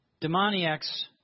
demoniacs